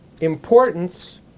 importance